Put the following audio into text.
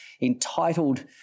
entitled